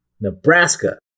nebraska